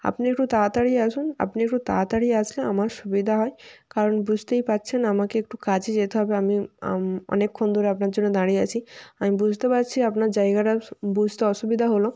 আপনি একটু তাড়াতাড়ি আসুন আপনি একটু তাড়াতাড়ি আসলে আমার সুবিধা হয় কারণ বুঝতেই পারছেন আমাকে একটু কাজে যেতে হবে আমি অনেকক্ষণ ধরে আপনার জন্য দাঁড়িয়ে আছি আমি বুঝতে পারছি আপনার জায়গাটা বুঝতে অসুবিধা হলো